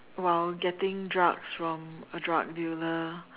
while getting drugs from a drug dealer